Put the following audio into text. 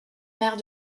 mère